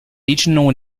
regional